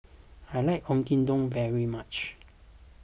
I like Oyakodon very much